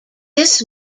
this